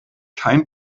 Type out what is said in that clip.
kein